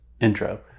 intro